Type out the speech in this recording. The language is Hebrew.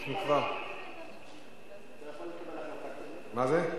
אנחנו כבר, מה זה?